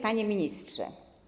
Panie Ministrze!